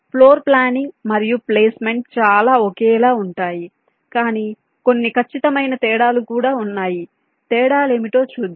floor planning మరియు placement చాలా ఒకేలా ఉంటాయి కానీ కొన్ని ఖచ్చితమైన తేడాలు కూడా ఉన్నాయి తేడాలు ఏమిటో చూద్దాం